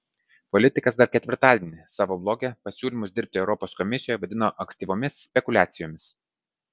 politikas dar ketvirtadienį savo bloge pasiūlymus dirbti europos komisijoje vadino ankstyvomis spekuliacijomis